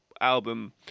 album